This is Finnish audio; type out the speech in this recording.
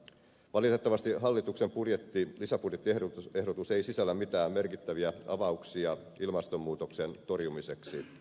valitettavasti hallituksen lisäbudjettiehdotus ei sisällä mitään merkittäviä avauksia ilmastonmuutoksen torjumiseksi